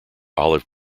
olive